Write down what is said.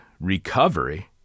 recovery